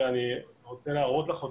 ואני גם רוצה להראות לך אותם,